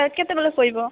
କାଲି କେତେବେଳେ ଶୋଇବ